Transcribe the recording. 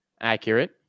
Accurate